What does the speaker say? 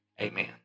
Amen